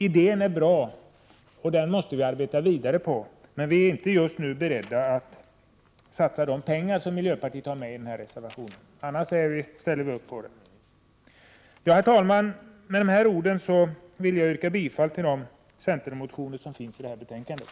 Idén är bra, och vi måste arbeta vidare med den, men just nu är vi alltså inte beredda att satsa de pengar som miljöpartiet föreslår. Med det sagda yrkar jag, herr talman, bifall till samtliga centerreservationer i betänkandet.